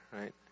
right